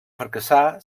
fracassar